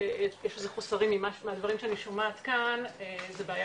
איזה חוסרים, מהדברים שאני שומעת כאן זה בעיה